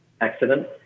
accident